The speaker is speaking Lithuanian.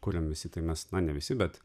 kuriam visi tai mes na ne visi bet